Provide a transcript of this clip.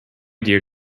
dear